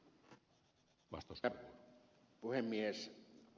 herra puhemies